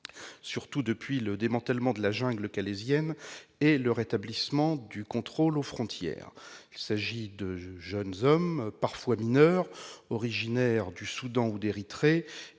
surtout depuis le démantèlement de la « jungle » calaisienne et le rétablissement des contrôles aux frontières. Il s'agit de jeunes hommes, parfois mineurs, originaires du Soudan ou d'Érythrée,